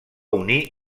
unir